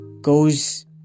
goes